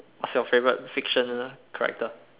what's your favourite fictional character